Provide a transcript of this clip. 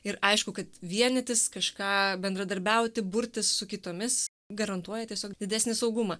ir aišku kad vienytis kažką bendradarbiauti burtis su kitomis garantuoja tiesiog didesnį saugumą